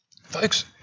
Folks